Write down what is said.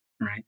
right